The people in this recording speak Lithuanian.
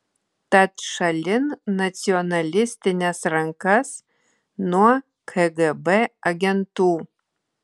tad šalin nacionalistines rankas nuo kgb agentų